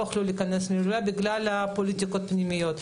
שלא יוכלו להיכנס להילולה בגלל הפוליטיקה הפנימית.